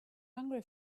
hungry